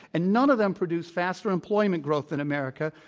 and none of them produced faster employment growth than america,